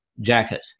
jacket